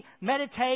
meditate